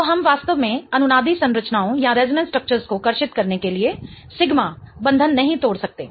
तो हम वास्तव में अनुनादी संरचनाओं को कर्षित करने के लिए सिग्मा बंधन नहीं तोड़ सकते